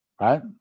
Right